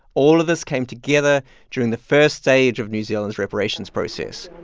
all of this came together during the first stage of new zealand's reparations process,